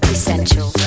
Essential